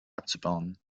abzubauen